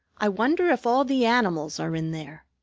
i wonder if all the animals are in there.